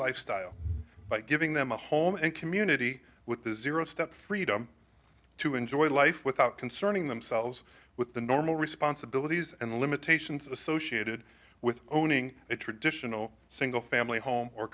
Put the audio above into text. lifestyle by giving them a home and community with the zero step freedom to enjoy life without concerning themselves with the normal responsibilities and limitations associated with owning a traditional single family home or